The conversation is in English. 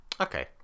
Okay